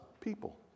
people